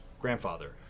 grandfather